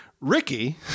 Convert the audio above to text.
Ricky